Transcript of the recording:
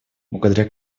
благодаря